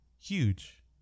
huge